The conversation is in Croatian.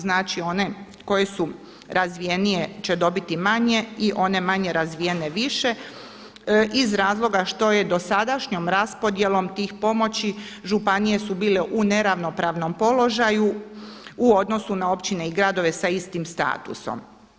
Znači one koje su razvijenije će dobiti manje i one manje razvijene više iz razloga što je dosadašnjom raspodjelom tih pomoći županije su bile u neravnopravnom položaju u odnosu na općine i gradove sa istim statusom.